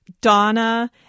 Donna